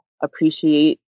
appreciate